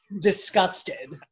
disgusted